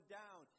down